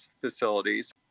facilities